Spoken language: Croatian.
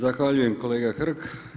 Zahvaljujem kolega Hrg.